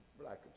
black